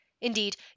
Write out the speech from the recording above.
Indeed